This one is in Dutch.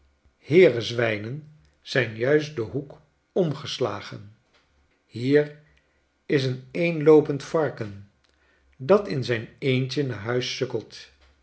heerenzwijnen zijn juist den hoek omgeslagen hier is een eenloopend varken dat in zijn eentje naar huis sukkelt